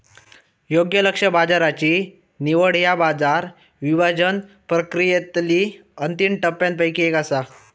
योग्य लक्ष्य बाजाराची निवड ह्या बाजार विभाजन प्रक्रियेतली अंतिम टप्प्यांपैकी एक असा